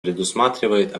предусматривает